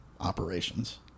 operations